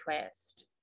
Twist